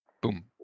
boom